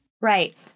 Right